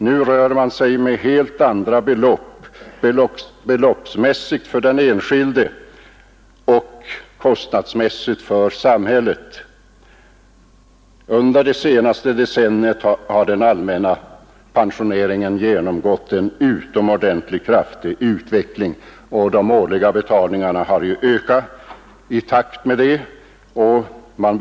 Nu rör man sig med helt andra siffror, beloppsmässigt för den enskilde och kostnadsmässigt för samhället. Under det senaste decenniet har den allmänna pensioneringen genomgått en utomordentligt kraftig utveckling, och de årliga betalningarna har ökat i takt därmed.